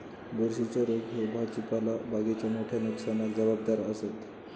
बुरशीच्ये रोग ह्ये भाजीपाला बागेच्या मोठ्या नुकसानाक जबाबदार आसत